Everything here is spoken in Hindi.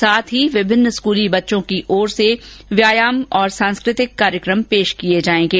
साथ ही विभिन्न स्कूली बच्चों की ओर से व्यायाम और सांस्कृतिक कार्यक्रम पेश किये जायेंगे